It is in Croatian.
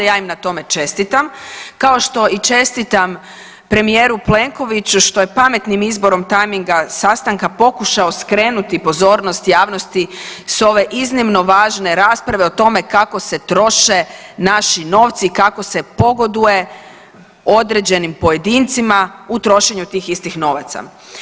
Ja im na tome čestitam, kao što i čestitam premijeru Plenkoviću što je pametnim izborom tajminga sastanka pokušao skrenuti pozornost javnosti s ove iznimno važne rasprave o tome kako se troše naši novci i kako se pogoduje određenim pojedincima u trošenju tih istih novaca.